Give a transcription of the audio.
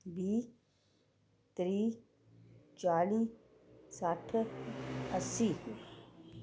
बीह् त्रीह् चाली सट्ठ अस्सी